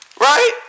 right